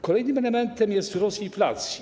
Kolejnym elementem jest wzrost inflacji.